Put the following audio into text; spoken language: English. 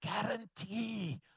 guarantee